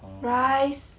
rice